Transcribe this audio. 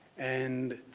and